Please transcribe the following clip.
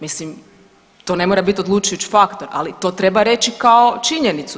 Mislim, to ne mora bit odlučujuć faktor, ali to treba reći kao činjenicu.